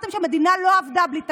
אמרתם שהמדינה לא עבדה בלי תקציב.